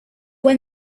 when